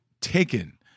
taken